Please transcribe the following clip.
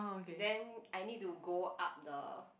then I need to go up the